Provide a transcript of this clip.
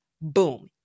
Boom